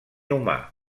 humà